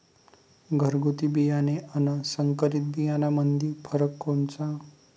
घरगुती बियाणे अन संकरीत बियाणामंदी फरक कोनचा?